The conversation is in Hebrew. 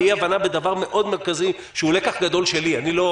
ואי הבנה בדבר מאוד מרכזי שהוא לקח גדול שלי אני לא